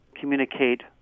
communicate